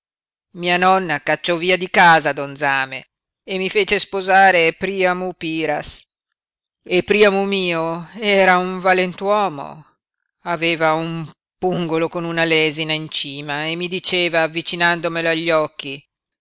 mia nonna cacciò via di casa don zame e mi fece sposare priamu piras e priamu mio era un valent'uomo aveva un pungolo con una lesina in cima e mi diceva avvicinandomelo agli occhi